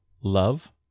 love